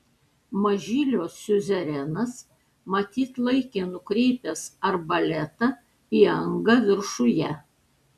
mažylio siuzerenas matyt laikė nukreipęs arbaletą į angą viršuje